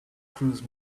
cruise